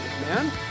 man